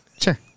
Sure